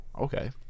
okay